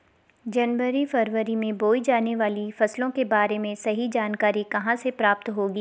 जनवरी फरवरी में बोई जाने वाली फसलों के बारे में सही जानकारी कहाँ से प्राप्त होगी?